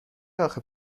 آخه